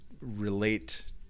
relate